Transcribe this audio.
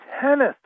tennis